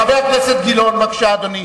חבר הכנסת גילאון, בבקשה, אדוני.